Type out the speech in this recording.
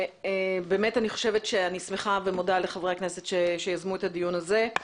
אני שמחה ומודה לחברי הכנסת שיזמו את הדיון הזה.